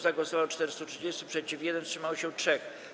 Za głosowało 430, przeciw - 1, wstrzymało się 3.